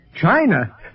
China